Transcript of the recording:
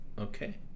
Okay